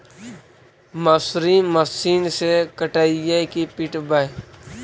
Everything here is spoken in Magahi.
मसुरी मशिन से कटइयै कि पिटबै?